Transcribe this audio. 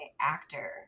actor